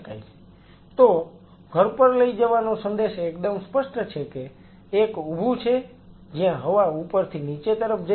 તો ઘરપર લઇ જવાનો સંદેશ એકદમ સ્પષ્ટ છે કે એક ઊભું છે જ્યાં હવા ઉપરથી નીચે તરફ જઈ રહી છે